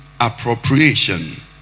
appropriation